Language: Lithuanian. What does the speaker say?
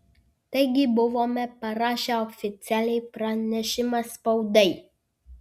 taigi buvome parašę oficialiai pranešimą spaudai